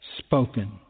spoken